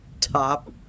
Top